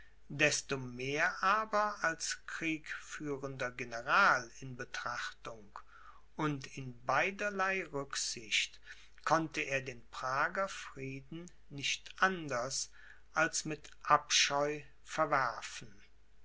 desto mehr aber als kriegführender general in betrachtung und in beiderlei rücksicht konnte er den prager frieden nicht anders als mit abscheu verwerfen